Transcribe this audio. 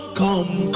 come